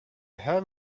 have